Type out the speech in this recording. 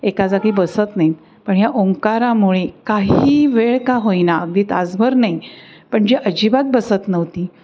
एका जागी बसत नाहीत पण ह्या ओंकारामुळे काही वेळ का होईना अगदी तासभर नाही पण जी अजिबात बसत नव्हती